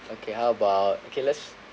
okay how about okay let's